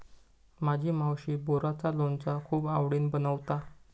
माझी मावशी बोराचा लोणचा खूप आवडीन बनवता